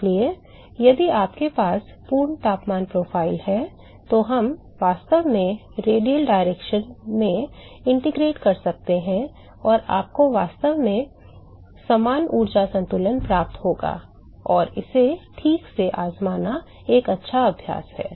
इसलिए यदि आपके पास पूर्ण तापमान प्रोफ़ाइल है तो हम वास्तव में रेडियल दिशा में एकीकृत कर सकते हैं और आपको वास्तव में समान ऊर्जा संतुलन प्राप्त होगा और इसे ठीक से आज़माना एक अच्छा अभ्यास है